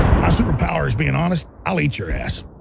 my superpower is being honest, i'll eat your ass.